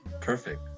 perfect